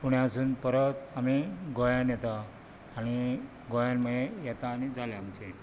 पुण्यासून परत आमी गोंयान येता आनी गोंयान मागीर येता आनी जाले आमचे